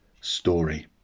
story